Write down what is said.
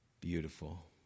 beautiful